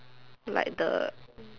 like the